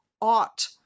ought